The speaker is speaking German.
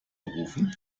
gerufen